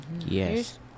Yes